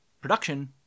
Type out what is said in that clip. production